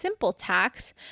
SimpleTax